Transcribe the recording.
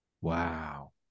Wow